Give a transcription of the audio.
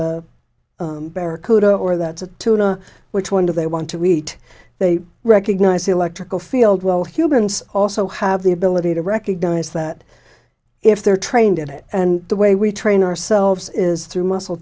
a barracuda or that tuna which one do they want to eat they recognize electrical field well humans also have the ability to recognize that if they're trained in it and the way we train ourselves is through muscle